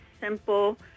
simple